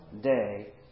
day